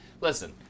listen